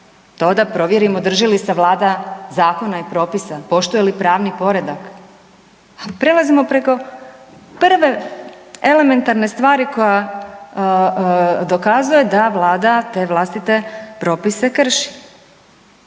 to da provjerimo drži li se Vlada zakona i propisa, poštuje li pravni poredak? Prelazimo preko prve elementarne stvari koja dokazuje da Vlada te vlastite propise krši.